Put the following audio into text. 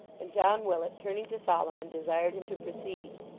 and john willet turning to solomon desired him to proceed.